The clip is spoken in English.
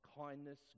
kindness